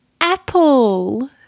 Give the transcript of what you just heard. apple